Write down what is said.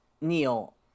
Neil